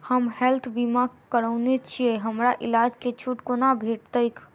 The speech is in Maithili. हम हेल्थ बीमा करौने छीयै हमरा इलाज मे छुट कोना भेटतैक?